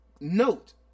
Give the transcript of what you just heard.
Note